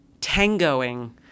tangoing